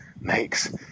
makes